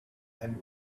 and